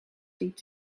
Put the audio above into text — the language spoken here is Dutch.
ziet